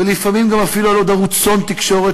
ולפעמים גם אפילו על עוד ערוצון תקשורת,